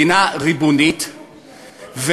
מדינה ריבונית,